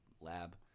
lab